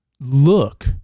look